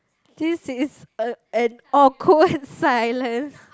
since it's a an awkward silence